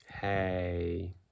Hey